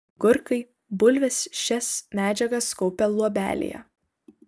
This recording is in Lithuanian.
agurkai bulvės šias medžiagas kaupia luobelėje